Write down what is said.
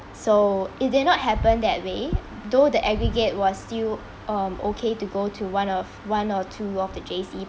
so it did not happen that way though the aggregate was still um okay to go to one of one or two of the J_C